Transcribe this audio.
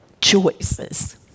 choices